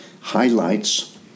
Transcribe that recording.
highlights